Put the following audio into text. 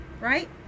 right